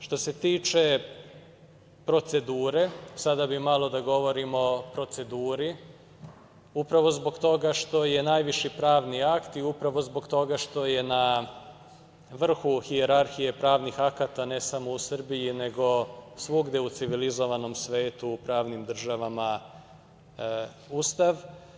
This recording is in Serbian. Što se tiče procedure, sada bih malo da govorimo o proceduri upravo zbog toga što je najviši pravni akt i upravo zbog toga što je na vrhu hijerarhije pravnih akata ne samo u Srbiji, nego svugde u civilizovanom svetu u pravnim državama Ustav.